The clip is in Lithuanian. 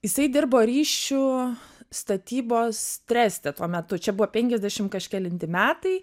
jisai dirbo ryšių statybos treste tuo metu čia buvo penkiasdešim kažkelinti metai